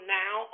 now